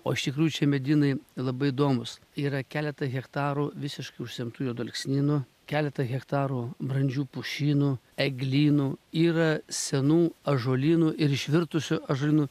o iš tikrųjų čia medynai labai įdomūs yra keleta hektarų visiškai užsemtų juodalksnynų keleta hektarų brandžių pušynų eglynų yra senų ąžuolynų ir išvirtusių ąžuolynų